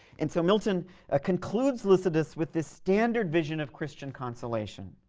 and so milton ah concludes lycidas with this standard vision of christian consolation.